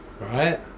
Right